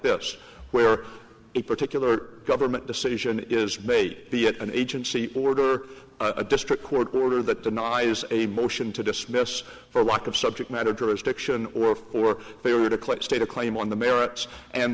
this where a particular government decision is made be it an agency order a district court order that denies a motion to dismiss for lack of subject matter jurisdiction or or they were to collect state a claim on the merits and